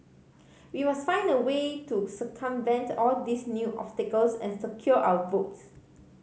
we must find a way to circumvent all these new obstacles and secure our votes